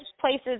places